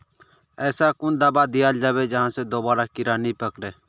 ऐसा कुन दाबा दियाल जाबे जहा से दोबारा कीड़ा नी पकड़े?